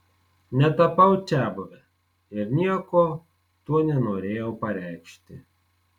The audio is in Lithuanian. netapau čiabuve ir nieko tuo nenorėjau pareikšti